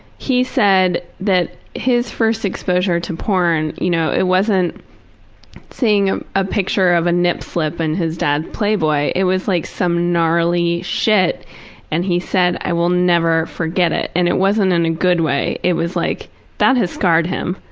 he said that his first exposure to porn, you know, it wasn't seeing a picture of a nip slip in and his dad's playboy, it was like some gnarly shit and he said, i will never forget it. and it wasn't in a good way. it was like that has scarred him.